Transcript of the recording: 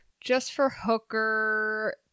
just-for-hooker